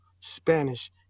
Spanish